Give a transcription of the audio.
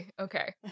Okay